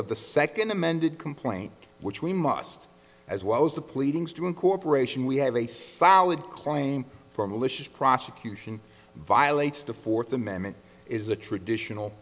of the second amended complaint which we must as well as the pleadings do incorporation we have a solid claim for malicious prosecution violates the fourth amendment is a traditional